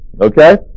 okay